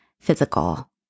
physical